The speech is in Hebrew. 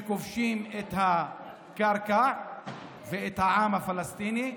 שכובשים את הקרקע ואת העם הפלסטיני,